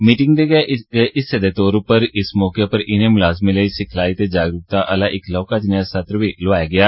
meeting दे गै इक हिस्से दे तौर उपपर इस मौके इने मुलाज़में लेई सिखलाई ते जागरूकता आह्ला इक लौह्का ज्नेया सत्र बी लोआया गेआ